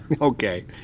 Okay